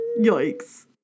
yikes